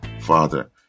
father